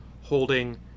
Holding